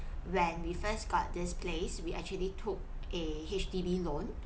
when we first got this place we actually took a H_D_B loan